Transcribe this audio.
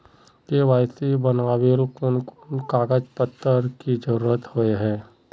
KYC बनावेल कोन कोन कागज पत्र की जरूरत होय है?